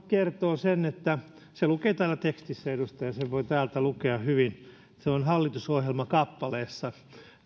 kertoo sen että se lukee täällä tekstissä edustaja sen voi täältä lukea hyvin se on hallitusohjelmakappaleessa